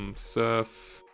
um surf,